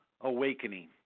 awakening